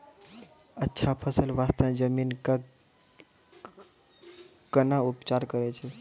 अच्छा फसल बास्ते जमीन कऽ कै ना उपचार करैय छै